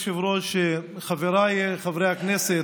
כבוד היושב-ראש, חבריי חברי הכנסת,